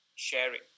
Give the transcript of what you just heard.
sharing